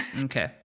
Okay